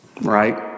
right